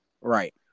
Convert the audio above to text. Right